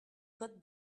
code